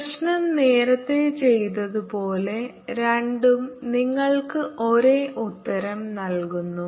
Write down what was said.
പ്രശ്നം നേരത്തെ ചെയ്തതുപോലെ രണ്ടും നിങ്ങൾക്ക് ഒരേ ഉത്തരം നൽകുന്നു